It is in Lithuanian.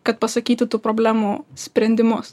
kad pasakyti tų problemų sprendimus